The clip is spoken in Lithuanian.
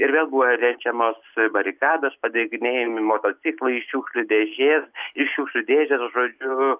ir vėl buvo renčiamos barikados padeginėjami motociklai šiukšlių dėžės ir šiukšlių dėžės žodžiu